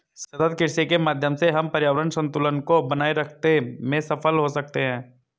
सतत कृषि के माध्यम से हम पर्यावरण संतुलन को बनाए रखते में सफल हो सकते हैं